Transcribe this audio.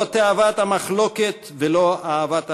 לא תאוות המחלוקת ולא אהבת ההשמצה,